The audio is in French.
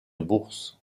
bourse